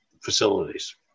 facilities